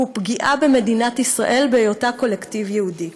הוא פגיעה במדינת ישראל בהיותה קולקטיב יהודי.